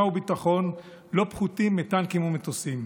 וביטחון לא פחותים מטנקים וממטוסים.